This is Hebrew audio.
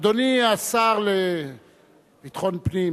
אדוני השר לביטחון הפנים,